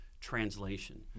translation